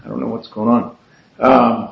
i don't know what's going on